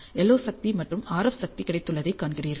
LO சக்தி மற்றும் RF சக்தி கிடைத்துள்ளதைக் காண்கிறீர்கள்